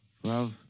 Twelve